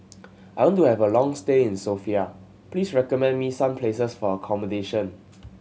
I want to have a long stay in Sofia please recommend me some places for accommodation